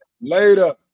Later